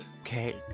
Okay